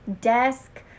desk